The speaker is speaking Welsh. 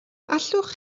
allwch